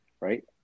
right